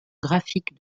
graphique